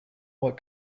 what